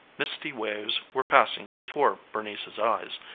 misty waves were passing before bernice's eyes,